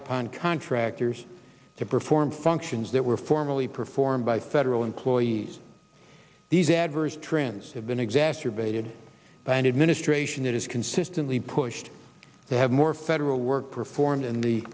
upon contractors to perform functions that were formerly performed by federal employees these adverse trends have been exacerbated by an administration that has consistently pushed to have more federal work reforms in the